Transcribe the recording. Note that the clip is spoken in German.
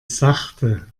sachte